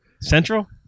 Central